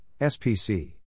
SPC